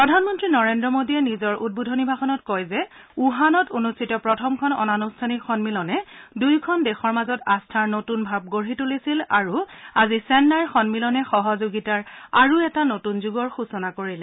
প্ৰধানমন্ত্ৰী নৰেন্দ্ৰ মোডীয়ে নিজৰ উদ্বোধনী ভাষণত কয় যে উহানত অনুষ্ঠিত প্ৰথমখন অনানুষ্ঠানিক সমিলনে দুয়োখন দেশৰ মাজত আস্থাৰ নতুন ভাৱ গঢ়ি তুলিছিল আৰু আজি চেন্নাইৰ সম্মিলনে সহযোগিতাৰ এটা নতূন যুগৰ সূচনা কৰিলে